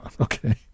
okay